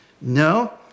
No